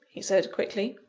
he said quickly.